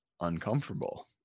uncomfortable